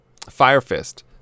Firefist